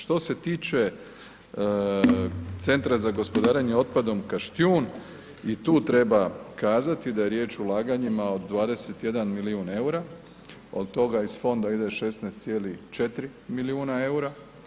Što se tiče Centra za gospodarenje otpadom Kaštijun i tu treba kazati da je riječ o ulaganjima od 21 milijun eura, od toga iz fonda ide 16,4 milijuna eura.